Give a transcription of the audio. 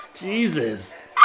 Jesus